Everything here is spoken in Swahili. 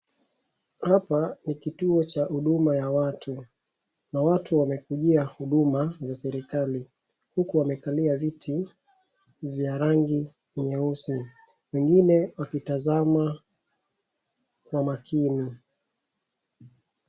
Hapa ni kituo cha huduma ya watu. Na watu wamekujia huduma za serikali huku wamekali viti vya rangi nyeusi. Wengine wakitazama kwa makini.